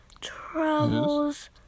travels